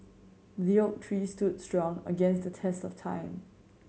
the oak tree stood strong against the test of time